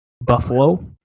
Buffalo